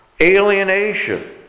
alienation